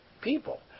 people